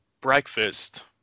breakfast